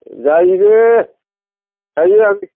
जायो दे जायो जायो आंने